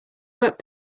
work